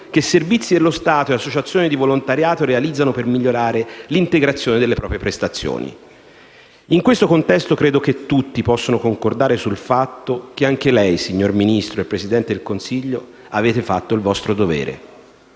che servizi dello Stato e associazioni di volontariato realizzano per migliorare l'integrazione delle proprie prestazioni. In questo contesto, credo che tutti possano concordare sul fatto che anche lei, signor Ministro, e il Presidente del Consiglio avete fatto il vostro dovere.